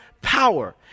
power